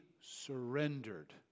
surrendered